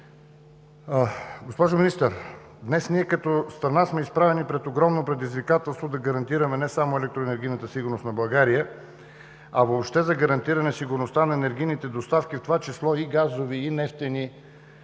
Госпожо Министър, днес ние като страна сме изправени пред огромно предизвикателство да гарантираме не само електроенергийната сигурност на България, а въобще да гарантираме сигурността на енергийните доставки, в това число и газови, и нефтени.